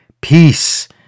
peace